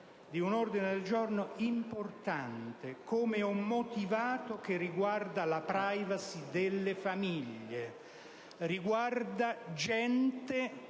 di un ordine del giorno importante, come ho motivato, che riguarda la *privacy* delle famiglie e di persone